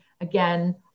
again